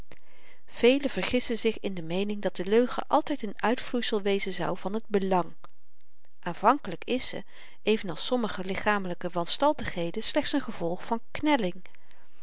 velen vergissen zich in de meening dat de leugen altyd n uitvloeisel wezen zou van t belang aanvankelyk is ze even als sommige lichamelyke wanstaltigheden slechts n gevolg van knelling